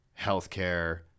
healthcare